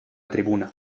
tribuna